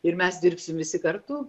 ir mes dirbsim visi kartu